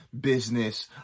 business